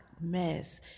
mess